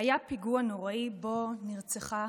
היה פיגוע נוראי שבו נרצחה